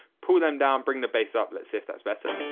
pull them down bring the bass up. let's see if that's better.